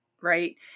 right